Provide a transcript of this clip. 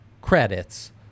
credits